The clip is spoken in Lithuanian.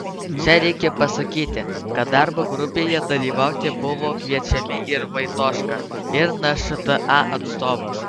čia reikia pasakyti kad darbo grupėje dalyvauti buvo kviečiami ir vaitoška ir nšta atstovas